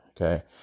Okay